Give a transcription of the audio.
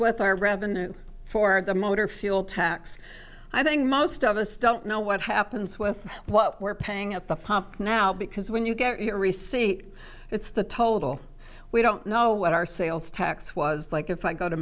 with our revenue for the motor fuel tax i think most of us don't know what happens with what we're paying at the pump now because when you get your receipt it's the total we don't know what our sales tax was like if i go to